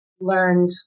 learned